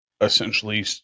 essentially